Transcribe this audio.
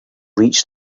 reach